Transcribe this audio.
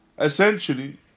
essentially